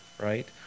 Right